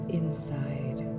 inside